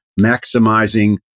Maximizing